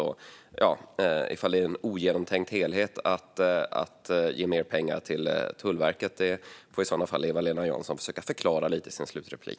Om det är en ogenomtänkt helhet att ge mer pengar till Tullverket får i så fall Eva-Lena Jansson försöka förklara det i sin slutreplik.